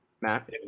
Matt